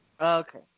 Okay